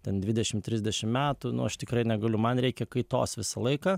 ten dvidešim trisdešim metų nu aš tikrai negaliu man reikia kaitos visą laiką